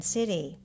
City